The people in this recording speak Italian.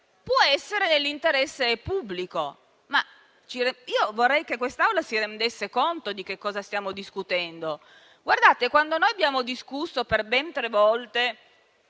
può essere nell'interesse pubblico. Io vorrei che quest'Assemblea si rendesse conto di che cosa stiamo discutendo. Quando noi abbiamo discusso, per ben tre volte,